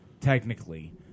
technically